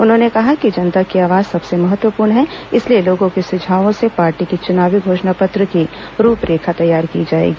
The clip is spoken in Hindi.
उन्होंने कहा कि जनता की आवाज सबसे महत्वपूर्ण है इसलिए लोगों के सुझावों से पार्टी के चुनावी घोषणा पत्र की रूपरेखा तैयार की जायेगी